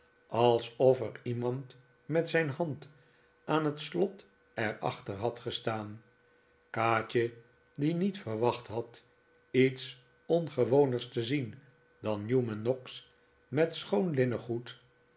alsof er iemand met zijn hand aan het slot er achter had gestaan kaatje die niet verwacht had iets ongewoners te zien dan newman noggs met